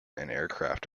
aircraft